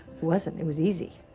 wasn't. it was easy.